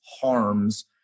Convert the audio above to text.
harms